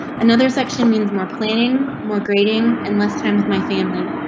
another section means more planning, more grading and less time with my family.